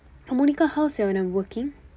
monica how sia when I'm working